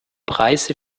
preise